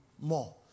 more